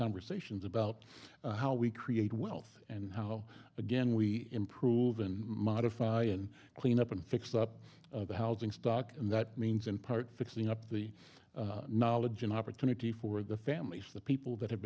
conversations about how we create wealth and how again we improve and modify and clean up and fix up the housing stock and that means in part fixing up the knowledge an opportunity for the families of the people that have